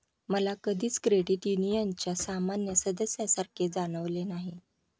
मला कधीच क्रेडिट युनियनच्या सामान्य सदस्यासारखे जाणवले नाही